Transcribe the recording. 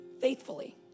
faithfully